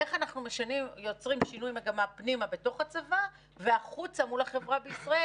איך אנחנו יוצרים שינוי מגמה בתוך הצבא והחוצה מול החברה בישראל